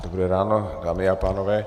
Dobré ráno, dámy a pánové.